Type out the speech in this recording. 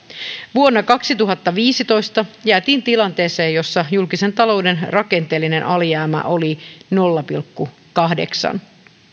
vuonna kaksituhattaviisitoista jäätiin tilanteeseen jossa julkisen talouden rakenteellinen alijäämä oli nolla pilkku kahdeksan